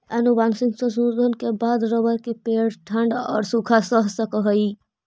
आनुवंशिक संशोधन के बाद रबर के पेड़ ठण्ढ औउर सूखा सह सकऽ हई